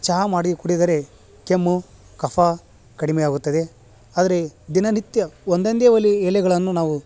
ಚಹಾ ಮಾಡಿ ಕುಡಿದರೆ ಕೆಮ್ಮು ಕಫ ಕಡಿಮೆ ಆಗುತ್ತದೆ ಆದರೆ ದಿನನಿತ್ಯ ಒಂದೊಂದೇ ಒಲೆ ಎಲೆಗಳನ್ನು ನಾವು